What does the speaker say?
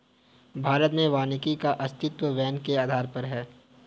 भारत में वानिकी का अस्तित्व वैन के आधार पर है